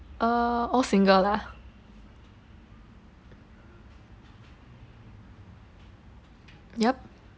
uh all singular lah yup